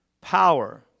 power